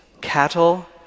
Cattle